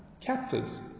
captors